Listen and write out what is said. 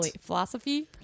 Philosophy